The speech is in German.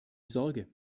sorge